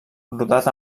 rodat